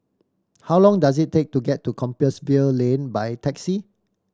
how long does it take to get to Compassvale Lane by taxi